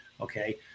okay